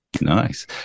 Nice